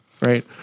Right